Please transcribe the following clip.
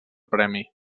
premi